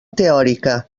teòrica